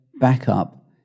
backup